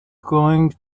going